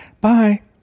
bye